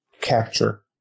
capture